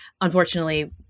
unfortunately